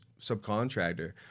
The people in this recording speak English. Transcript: subcontractor